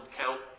count